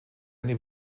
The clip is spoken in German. eine